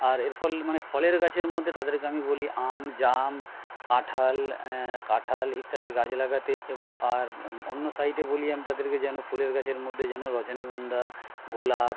আর এর ফল মানে ফলের গাছের মধ্যে তাদেরকে আমি বলি আম জাম কাঁঠাল কাঁঠাল ইত্যাদি গাছ লাগাতে এবং আর অন্য সাইডে বলি আমি তাদেরকে যেন ফুলের গাছের মধ্যে যেন রজনীগন্ধা গোলাপ